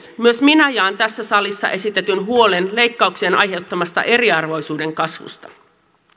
myös minä jaan tässä salissa esitetyn huolen leikkauksien aiheuttamasta eriarvoisuuden kasvusta